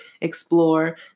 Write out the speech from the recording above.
explore